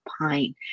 pine